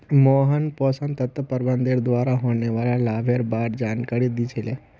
मोहन पोषण तत्व प्रबंधनेर द्वारा होने वाला लाभेर बार जानकारी दी छि ले